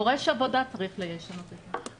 זה דורש עבודה לשנות את זה.